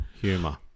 humor